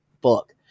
book